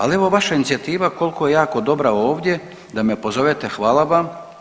Ali evo vaša inicijativa, koliko je jako dobra ovdje, da me pozovete, hvala vam.